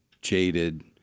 jaded